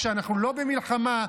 כשאנחנו לא במלחמה,